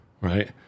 right